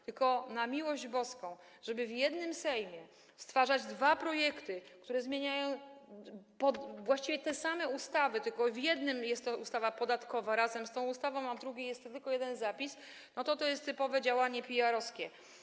Tylko, na miłość boską, żeby w jednym Sejmie tworzyć dwa projekty, które zmieniają właściwie te same ustawy, tylko w jednym jest to ustawa podatkowa razem z tą właśnie ustawą, a w drugiej jest to tylko jeden zapis - no, to jest typowe działanie PR-owskie.